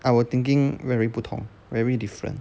I was thinking very 不同 very different